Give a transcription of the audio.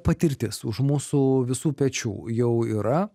patirtis už mūsų visų pečių jau yra